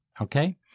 Okay